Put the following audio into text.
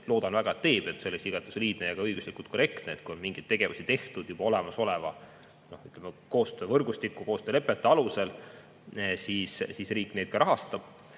loodan, et teeb. See oleks igati soliidne ja ka õiguslikult korrektne, et kui on mingeid tegevusi juba tehtud olemasoleva koostöövõrgustiku ja koostöölepete alusel, siis riik neid ka rahastab.